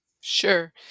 Sure